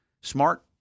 smart